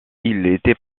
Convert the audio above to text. était